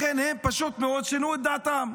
לכן הם פשוט מאוד שינו את דעתם.